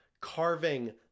carving